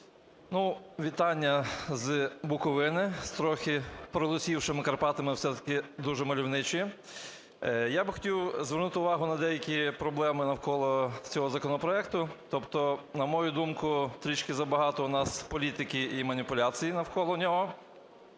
Г.Г. Вітання з Буковини, з трохи пролисівшими Карпатами, але все-таки дуже мальовничі. Я би хотів звернути увагу на деякі проблеми навколо цього законопроекту. Тобто, на мою думку, трішки забагато у нас політики і маніпуляції навколо нього.